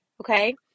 Okay